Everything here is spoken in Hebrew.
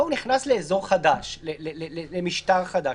פה הוא נכנס למשטר חדש